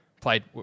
played